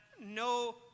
no